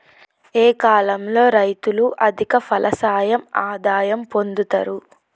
ఏ కాలం లో రైతులు అధిక ఫలసాయం ఆదాయం పొందుతరు?